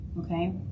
okay